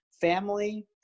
family